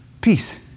peace